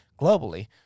globally